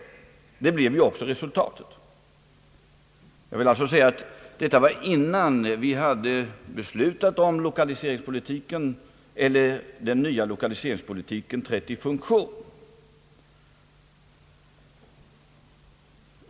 Det blev också resultatet. Jag vill inskjuta att detta var innan den nya lokaliseringspolitiken trätt i funktion.